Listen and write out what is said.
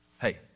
hey